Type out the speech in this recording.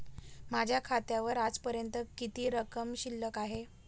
माझ्या खात्यावर आजपर्यंत किती रक्कम शिल्लक आहे?